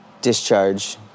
discharge